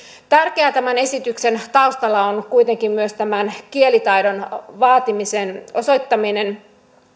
tärkeää tämän esityksen taustalla on kuitenkin myös tämän kielitaidon vaatiminen ja sen osoittaminen